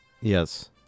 Yes